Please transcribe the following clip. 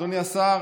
אדוני השר,